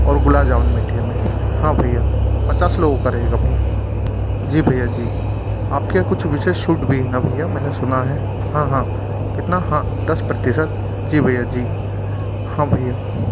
और गुलावजामुन मीठे में हाँ भैया पचास लोगों का रहेगा भैया जी भैया जी आप के यहाँ कुछ विशेष छूट भी है ना भैया मैंने सुना है हाँ हाँ कितना हाँ दस प्रतिशत जी भैया जी हाँ भैया